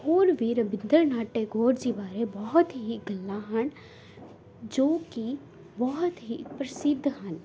ਹੋਰ ਵੀ ਰਵਿੰਦਰ ਨਾਥ ਟੈਗੋਰ ਜੀ ਬਾਰੇ ਬਹੁਤ ਹੀ ਗੱਲਾਂ ਹਨ ਜੋ ਕਿ ਬਹੁਤ ਹੀ ਪ੍ਰਸਿੱਧ ਹਨ